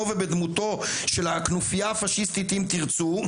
ובדמותה של הכנופיה הפשיסטית "אם תרצו",